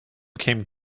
came